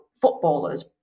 footballers